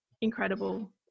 incredible